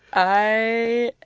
i